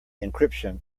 encryption